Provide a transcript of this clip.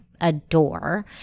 adore